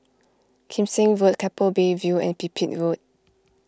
Kim Seng Road Keppel Bay View and Pipit Road